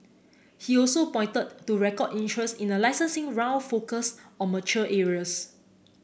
he also pointed to record interest in a licensing round focus on mature areas